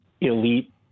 elite